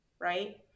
right